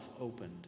opened